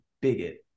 bigot